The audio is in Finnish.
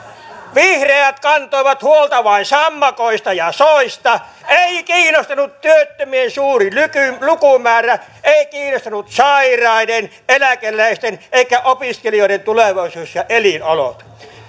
vihreät kantoivat huolta vain sammakoista ja soista ei kiinnostanut työttömien suuri lukumäärä eivät kiinnostaneet sairaiden eläkeläisten eikä opiskelijoiden tulevaisuus ja elinolot